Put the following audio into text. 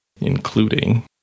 including